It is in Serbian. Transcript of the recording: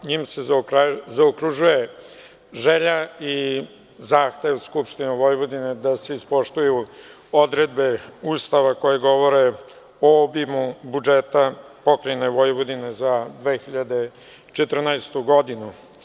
Njim se zaokružuje želja i zahtev Skupštine Vojvodine da se ispoštuju odredbe Ustava koje govore o obimu budžeta pokrajine Vojvodine za 2014. godinu.